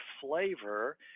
flavor